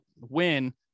win